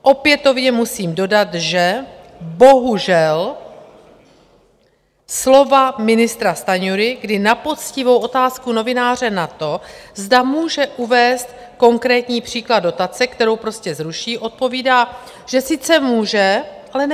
Opětovně musím dodat, že bohužel slova ministra Stanjury, kdy na poctivou otázku novináře na to, zda může uvést konkrétní příklad dotace, kterou prostě zruší, odpovídá, že sice může, ale neudělá to.